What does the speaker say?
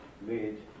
made